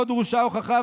לא דרושה הוכחה,